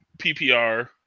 PPR